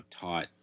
taught